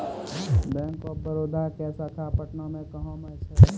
Bank of Baroda के शाखा पटना मे कहां मे छै?